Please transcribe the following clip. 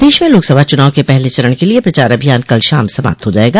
प्रदेश में लोकसभा चुनाव के पहले चरण के लिये प्रचार अभियान कल शाम समाप्त हो जायेगा